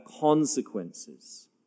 consequences